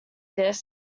this